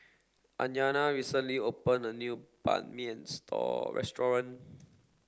Anaya recently opened a new Banh Mi Store Restaurant